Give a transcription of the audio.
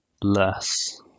less